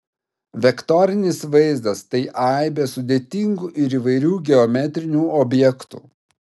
vektorinis vaizdas tai aibė sudėtingų ir įvairių geometrinių objektų